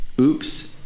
oops